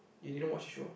you didn't watch the show